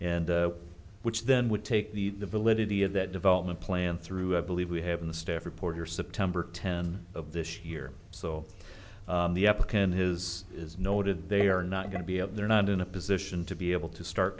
and which then would take the validity of that development plan through i believe we have in the staff reporter september ten of this year so the applicant his is noted they are not going to be up there not in a position to be able to start